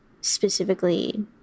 specifically